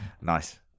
Nice